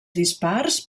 dispars